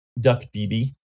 DuckDB